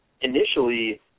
initially